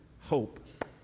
hope